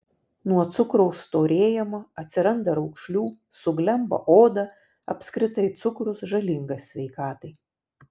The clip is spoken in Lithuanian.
nuo cukraus storėjama atsiranda raukšlių suglemba oda apskritai cukrus žalingas sveikatai